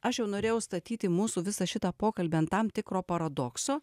aš jau norėjau statyti mūsų visą šitą pokalbį ant tam tikro paradokso